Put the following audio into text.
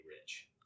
rich